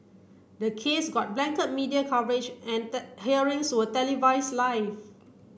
the case got blanket media coverage and hearings were televise live